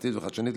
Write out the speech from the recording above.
יצירתית וחדשנית,